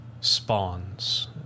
spawns